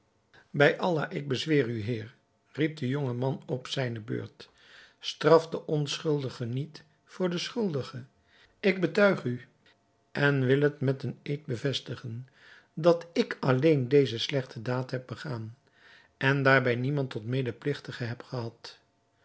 bij allah ik bezweer u heer riep de jonge man op zijne beurt straf den onschuldige niet voor den schuldige ik betuig u en wil het met een eed bevestigen dat ik alleen deze slechte daad heb begaan en daarbij niemand tot medepligtige heb gehad